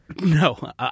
No